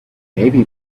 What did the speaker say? maybe